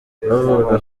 bavugaga